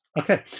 Okay